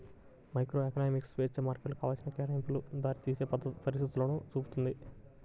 microeconomics స్వేచ్ఛా మార్కెట్లు కావాల్సిన కేటాయింపులకు దారితీసే పరిస్థితులను చూపుతుంది